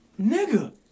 nigga